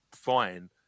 fine